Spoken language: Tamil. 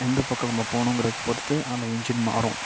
எந்த பக்கம் நம்ம போணுங்கிறது பொறுத்து அந்த இன்ஜின் மாறும்